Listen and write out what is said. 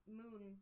moon